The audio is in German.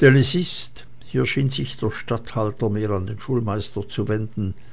denn es ist hier schien sich der statthalter mehr an den schulmeister zu wenden